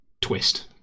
twist